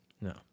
No